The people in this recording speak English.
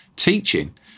teaching